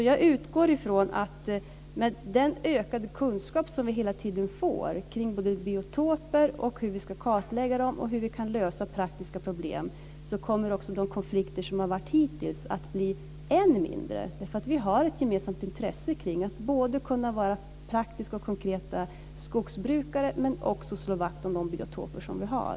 Jag utgår från att med den ökade kunskap som vi hela tiden får kring biotoper, hur vi ska kartlägga dem och hur vi kan lösa praktiska problem kommer också de konflikter som har varit hittills att bli än mindre. Vi har ett gemensamt intresse kring både att kunna vara praktiska och konkreta skogsbrukare och att slå vakt om de biotoper som vi har.